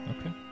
Okay